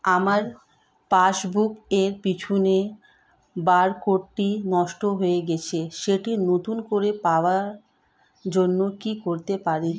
আমার পাসবুক এর পিছনে বারকোডটি নষ্ট হয়ে গেছে সেটি নতুন করে পাওয়ার জন্য কি করতে হবে?